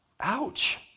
Ouch